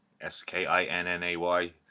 S-K-I-N-N-A-Y